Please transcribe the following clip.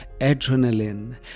adrenaline